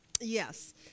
Yes